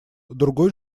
другой